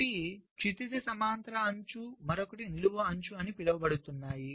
ఒకటి క్షితిజ సమాంతర అంచు మరొకటి నిలువు అంచు అని పిలువబడుతున్నాయి